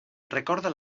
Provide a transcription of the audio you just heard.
recorda